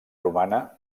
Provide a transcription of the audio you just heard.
romana